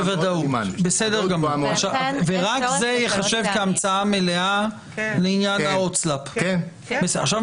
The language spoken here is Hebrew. רק זה ייחשב כהמצאה מלאה לעניין ההוצאה לפועל.